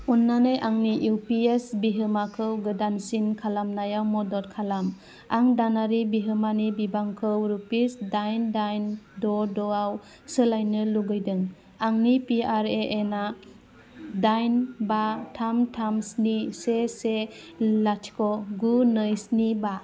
अन्नानै आंनि इउपिएस बिहोमाखौ गोदानसिन खालामनायाव मदद खालाम आं दानारि बिहोमानि बिबांखौ रुपिस दाइन दाइन द' द'आव सोलायनो लुगैदों आंनि पिआरएएन दाइन बा थाम थाम स्नि से लाथिख' गु नै स्नि बा